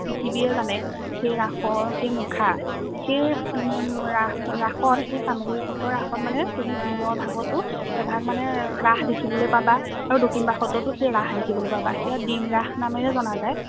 পৃথিৱীয়ে জানে সেই ৰাসৰ সেই মুখা সেই ৰাস ৰাসত সেই চামগুৰি সত্ৰৰ ৰাসত মানে তুমি দিনৰ ভাগতো এভাগ মানে ৰাস দেখিবলৈ পাবা সেই দক্ষিণপাট সত্ৰটো সেই ৰাস দেখিবলৈ পাবা সেয়া দিন ৰাস নামেৰে জনা যায়